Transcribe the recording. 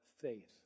faith